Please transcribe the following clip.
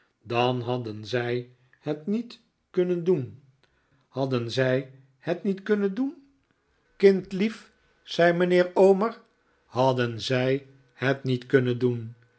dan hadden zij het niet kunnen doen hadden zij het niet kunnen doen kindnieuws over emily lief zei mijnheer omer hierop hadden zij het niet kunnen doen